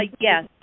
Yes